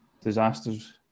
disasters